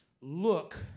look